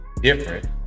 different